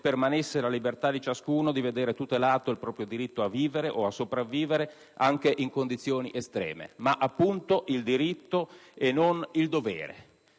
permanesse la libertà di ciascuno di vedere tutelato il proprio diritto a vivere o a sopravvivere, anche in condizioni estreme. Ma si tratta appunto di un diritto e non di un dovere.